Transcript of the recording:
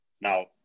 Now